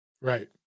Right